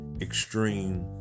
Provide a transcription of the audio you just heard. extreme